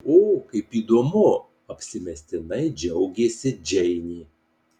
o kaip įdomu apsimestinai džiaugėsi džeinė